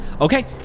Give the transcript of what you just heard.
Okay